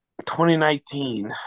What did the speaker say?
2019